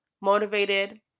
Motivated